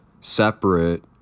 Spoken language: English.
separate